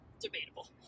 Debatable